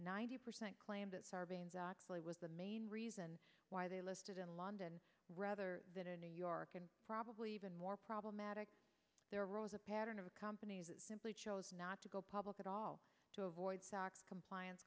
ninety percent claim that sarbanes oxley was the main reason why they listed in london rather than a new york and probably even more problematic there was a pattern of companies that simply chose not to go public at all to avoid compliance